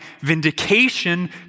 vindication